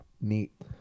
Neat